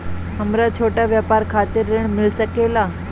हमरा छोटा व्यापार खातिर ऋण मिल सके ला?